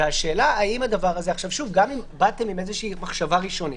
גם אם באתם עם מחשבה ראשונית,